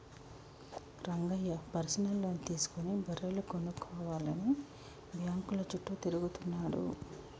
Rangayya personal loan తీసుకుని బర్రెలు కొనుక్కోవాలని బ్యాంకుల చుట్టూ తిరుగుతున్నాడు